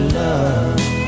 love